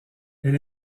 elle